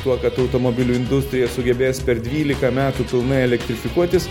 tuo kad automobilių industrija sugebės per dvylika metų pilnai elektrifikuotis